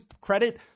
credit